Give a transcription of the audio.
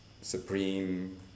supreme